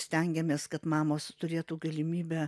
stengiamės kad mamos turėtų galimybę